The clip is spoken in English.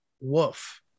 woof